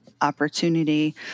opportunity